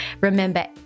Remember